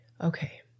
Okay